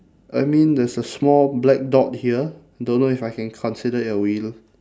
I mean there's a small black dot here don't know if I can consider it a wheel